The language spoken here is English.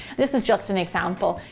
this is just an example.